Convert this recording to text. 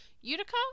Utica